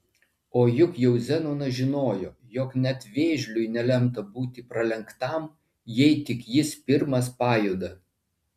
o juk jau zenonas žinojo jog net vėžliui nelemta būti pralenktam jei tik jis pirmas pajuda